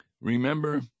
Remember